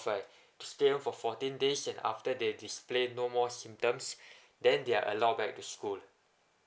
right stay off for fourteen days then after they display no more symptoms then they're allow back to school